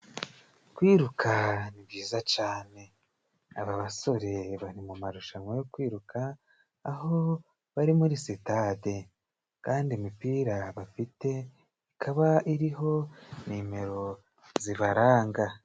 kwiruka ni byiza cane. Aba basore bari mu marushanwa yo kwiruka aho bari muri sitade, kandi imipira bafite ikaba iriho nimero zibaranga.